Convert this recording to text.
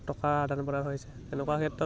টকা আদান প্ৰদান হৈছে তেনেকুৱা ক্ষেত্ৰত